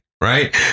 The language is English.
right